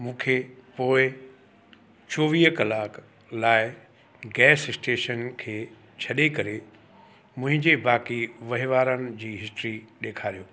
मूंखे पोएं चोवीह कलाक लाइ गैस स्टेशन खे छ्ॾे करे मुंहिंजे बाक़ी वहिंवारनि जी हिस्ट्री ॾेखारियो